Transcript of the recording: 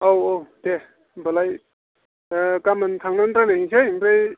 औ औ दे होमब्लालाय गामोन थांना रायज्लायहैनोसै ओमफ्राय